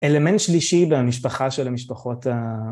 אלמנט שלישי במשפחה של המשפחות ה...